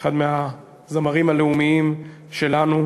אחד הזמרים הלאומיים שלנו,